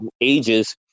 ages